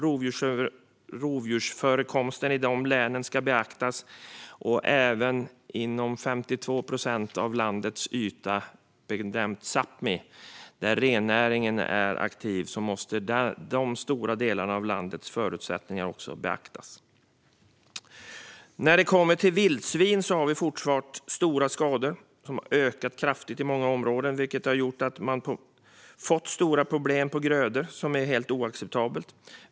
Rovdjursförekomsten i länen ska beaktas, och även förutsättningarna för de 52 procent av landets yta som benämns Sápmi, där rennäringen är aktiv, måste beaktas. När det kommer till vildsvin har vi stora skador. De har ökat kraftigt i många områden, vilket har gjort att man fått stora problem med grödor, något som är helt oacceptabelt.